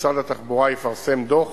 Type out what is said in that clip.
משרד התחבורה יפרסם דוח